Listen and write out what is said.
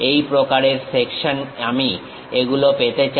এই প্রকারের সেকশন আমি এগুলো পেতে চাই